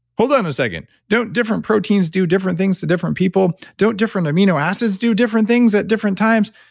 hold on a second. don't different proteins do different things to different people? don't different amino acids do different things at different times?